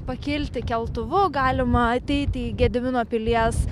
pakilti keltuvu galima ateiti į gedimino pilies